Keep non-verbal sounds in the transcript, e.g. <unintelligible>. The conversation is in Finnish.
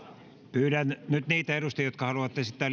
pyydän nyt niitä edustajia jotka haluavat esittää <unintelligible>